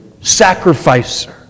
sacrificer